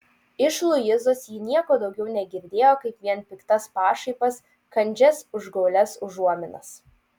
iš luizos ji nieko daugiau negirdėjo kaip vien piktas pašaipas kandžias užgaulias užuominas